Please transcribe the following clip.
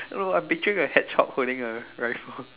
no I'm picturing a hedgehog holding a rifle